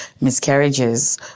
miscarriages